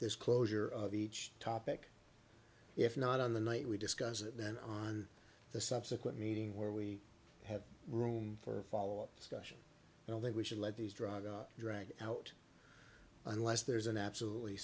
this closure of each topic if not on the night we discuss it then on the subsequent meeting where we have room for a follow up discussion and i think we should let these drug drag out unless there's an absolutely